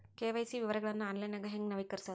KYC ವಿವರಗಳನ್ನ ಆನ್ಲೈನ್ಯಾಗ ಹೆಂಗ ನವೇಕರಿಸೋದ